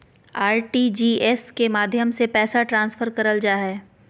RTGS के माध्यम से पैसा ट्रांसफर करल जा हय